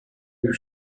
you